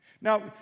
Now